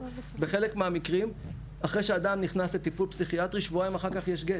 בחלק מהמקרים אחרי שאדם נכנס לטיפול פסיכיאטרי שבועיים אחר כך יש גט,